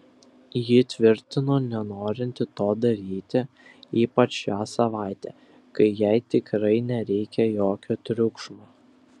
ji tvirtino nenorinti to daryti ypač šią savaitę kai jai tikrai nereikia jokio triukšmo